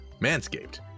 Manscaped